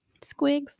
squigs